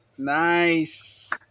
Nice